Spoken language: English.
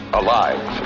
alive